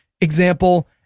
Example